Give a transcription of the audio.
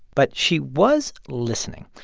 but she was listening.